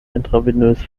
intravenös